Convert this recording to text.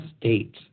state